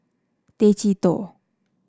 Tay Chee Toh